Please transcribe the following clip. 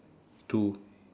two